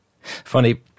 Funny